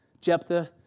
Jephthah